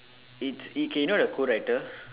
it's it's K you know the co-writer